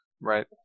Right